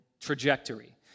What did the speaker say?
trajectory